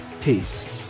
Peace